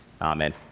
Amen